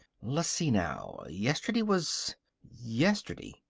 l'see now. yesterday was yesterday.